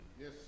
Yes